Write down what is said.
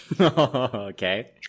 Okay